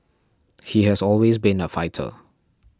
he has always been a fighter